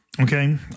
okay